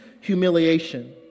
humiliation